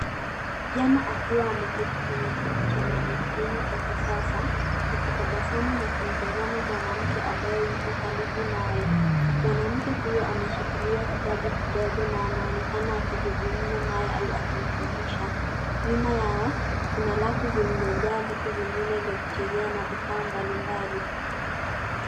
Kijana akiwa ameketi kwenye kiti cha magurudumu cha kisasa akitabasamu na kumtazama mwanamke ambaye yuko karibu naye. Mwanamke huyo ameshikilia kitabu kidogo na anaonekana akizungumza naye au akimfundisha. Nyuma yao, kuna rafu zilizojaa vitu vingine vya kuchezea na vifaa mbalimbali.